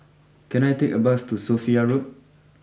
can I take a bus to Sophia Road